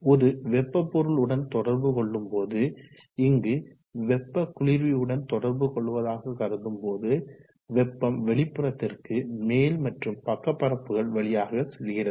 ஒரு வெப்ப பொருள் உடன் தொடர்பு கொள்ளும் போது இங்கு வெப்ப குளிர்வி உடன் தொடர்பு கொள்வதாக கருதும் போது வெப்பம் வெளிப்புறத்திற்கு மேல் மற்றும் பக்க பரப்புகள் வழியாக செல்கிறது